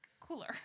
cooler